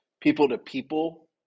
people-to-people